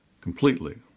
completely